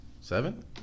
Seven